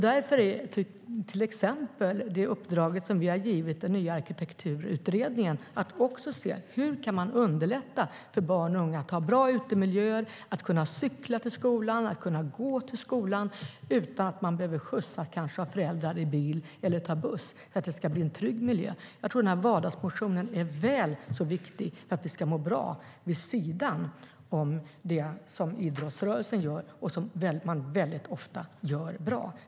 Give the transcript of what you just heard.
Därför är det viktigt med det uppdrag som vi har gett till den nya Arkitekturutredningen: att se hur man kan ha bra utemiljöer för barn och unga så att de kan cykla eller gå till skolan utan att behöva skjutsas av föräldrar i bil eller ta buss för att det ska vara tryggt. Jag tror att vardagsmotionen är väl så viktig för att vi ska må bra, vid sidan av det som idrottsrörelsen gör och ofta gör bra.